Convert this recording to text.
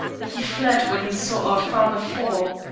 he fled when he saw our father fall.